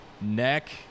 neck